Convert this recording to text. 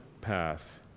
path